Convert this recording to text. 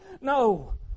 No